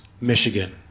Michigan